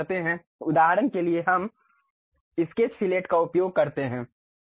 उदाहरण के लिए हम स्केच फिलेट का उपयोग करते हैं